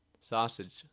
sausage